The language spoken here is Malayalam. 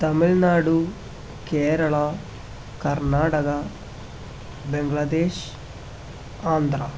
തമിഴ്നാടു കേരള കർണാടക ബംഗ്ലാദേശ് ആന്ധ്ര